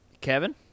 Kevin